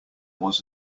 was